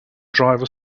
driver